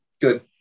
Good